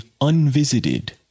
unvisited